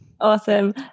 Awesome